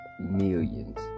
Millions